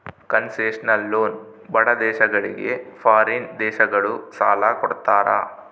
concessional loan ಬಡ ದೇಶಗಳಿಗೆ foreign ದೇಶಗಳು ಸಾಲ ಕೊಡ್ತಾರ